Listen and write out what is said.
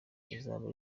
rizaba